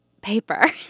paper